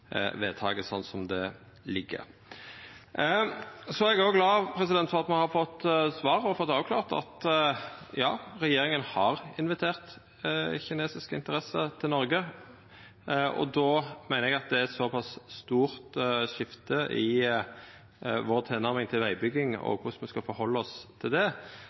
vedtaket slik det ligg føre. Så er eg òg glad for at ein har fått svar og fått avklara at regjeringa har invitert kinesiske interesser til Noreg. Eg meiner at det er eit såpass stort skifte i vår tilnærming til vegbygging og korleis me skal stilla oss til det,